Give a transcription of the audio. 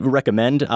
recommend